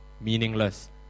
Meaningless